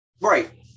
Right